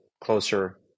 closer